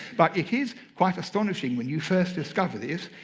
but it is quite astonishing when you first discover this,